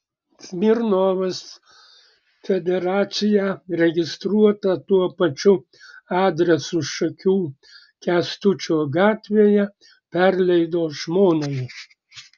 smirnovas federaciją registruotą tuo pačiu adresu šakių kęstučio gatvėje perleido žmonai